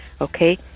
Okay